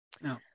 No